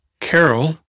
Carol